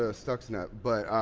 ah stuxnet but